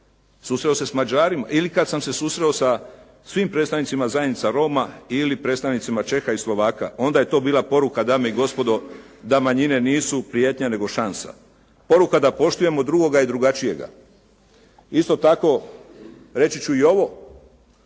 susreo se s Mađarima. Ili kad sam se susreo sa svim predstavnicima zajednice Roma ili predstavnicima Čeha i Slovaka onda je to bila poruka dame i gospodo da manjine nisu prijetnja nego šansa. Poruka da poštujemo drugoga i drugačijega. Isto tako reći ću i ovo.